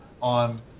on